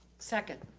second.